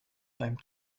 beim